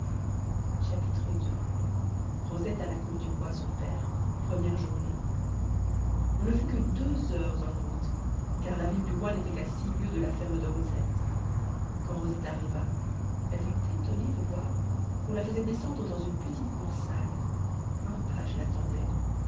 ii rosette a la cour du roi son père première journée on ne fut que deux heures en route car la ville du roi n'était qu'à six lieues de la ferme de rosette quand rosette arriva elle fut étonnée de voir qu'on la faisait descendre dans une petite cour sale un page l'attendait